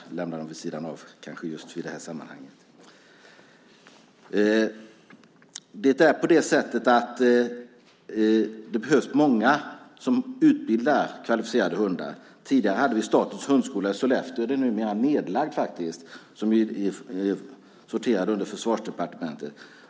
Vi lämnar dem vid sidan av i just det här sammanhanget. Det behövs många som utbildar kvalificerade hundar. Tidigare hade vi Statens hundskola i Sollefteå - den är numera nedlagd - som sorterade under Försvarsdepartementet.